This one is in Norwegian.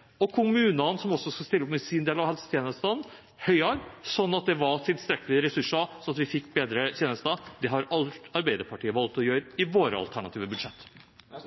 kommunene høyere – for de skal også stille opp med sin del av helsetjenestene – slik at det var tilstrekkelig ressurser, og vi fikk bedre tjenester. Det har vi i Arbeiderpartiet valgt å gjøre i vårt alternative budsjett. Det er